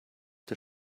der